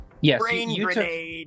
Yes